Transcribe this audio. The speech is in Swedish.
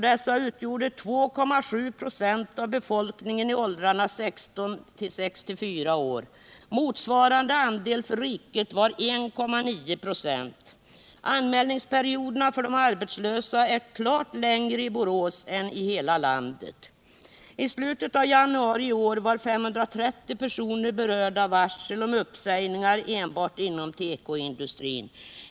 Dessa utgjorde 2,7 26 av befolkningen i åldrarna 16-64 år. Motsvarande andel för riket var 1,9 96. Anmälningsperioderna för de arbetslösa är klart längre i Borås än för landet i övrigt. I slutet av januari i år var 530 personer berörda av varsel om uppsägningar enbart inom tekoindustrin.